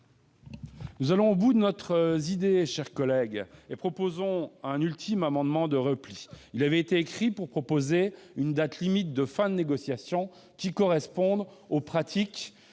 Nous allons au bout de notre idée, mes chers collègues, en présentant un ultime amendement de repli pour proposer une date limite de fin de négociation qui corresponde aux pratiques